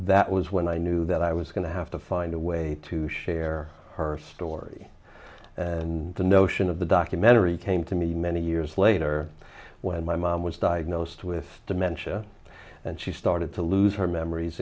that was when i knew that i was going to have to find a way to share her story and the notion of the documentary came to me many years later when my mom was diagnosed with dementia and she started to lose her memories